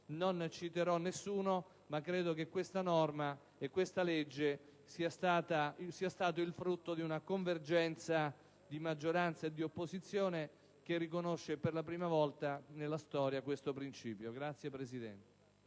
Non citerò nessuno, ma credo che questa norma, all'interno di questa legge, sia stata il frutto di una convergenza tra maggioranza e opposizione che riconosce, per la prima volta nella storia, questo principio. PRESIDENTE.